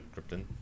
Krypton